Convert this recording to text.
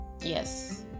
yes